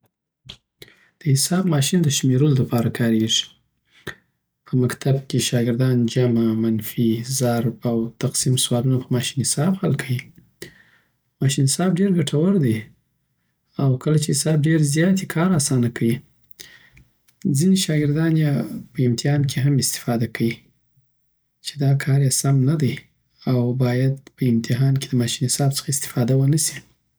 د حساب ماشین د شمیرلو د پاره کارېږي. په مکتب کی شاګردان جمع، منفی، ضرب او تقسیم سوالونه په ماشین حساب حل کوی ماشین حساب ډیر ګټور دی او کله چې حساب ډیری زیات یی کار اسانه کوی ځنیی شاکردان یی په امتحان کی هم استفاده کوی چی دا کار یی سم ندی او باید په امتحان کی د ماشی حساب څخه استفاده ونه سی